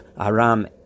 Aram